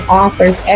authors